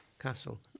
Castle